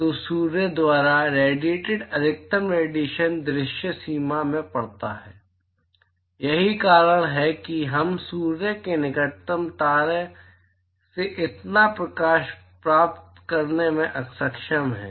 तो सूर्य द्वारा रेडिएटिड अधिकतम रेडिएशन दृश्य सीमा में पड़ता है यही कारण है कि हम सूर्य के निकटतम तारे से इतना प्रकाश प्राप्त करने में सक्षम हैं